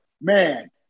man